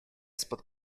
spod